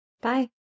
Bye